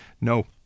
No